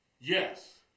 Yes